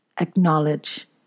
acknowledge